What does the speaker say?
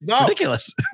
Ridiculous